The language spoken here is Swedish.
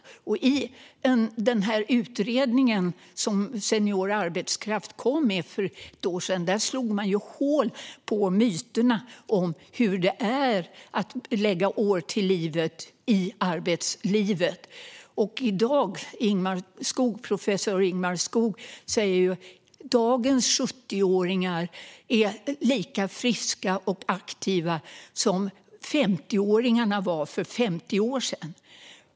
I utredningen som Delegationen för senior arbetskraft kom med för ett år sedan slog man hål på myterna om hur det är att lägga år till livet i arbetslivet. I dag säger professor Ingmar Skoog att dagens 70-åringar är lika friska och aktiva som 50-åringarna var för 50 år sedan.